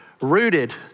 Rooted